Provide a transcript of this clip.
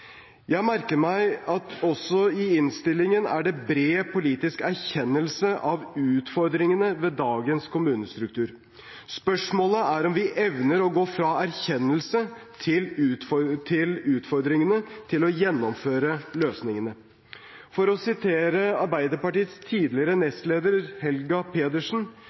Jeg merker meg at også i innstillingen er det bred politisk erkjennelse av utfordringene ved dagens kommunestruktur. Spørsmålet er om vi evner å gå fra en erkjennelse av utfordringene til å gjennomføre løsningene. For å referere Arbeiderpartiets tidligere nestleder Helga Pedersen,